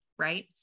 right